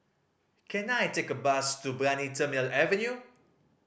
can I take a bus to Brani Terminal Avenue